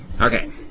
okay